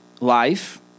life